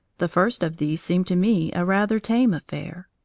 the first of these seemed to me a rather tame affair.